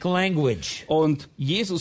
language